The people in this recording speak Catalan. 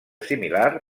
similar